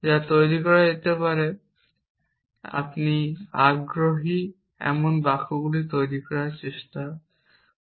যা তৈরি করা যেতে পারে এবং আপনি আগ্রহী এমন বাক্যগুলি তৈরি করার চেষ্টা করছেন